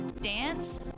dance